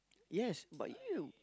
yes but you